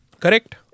Correct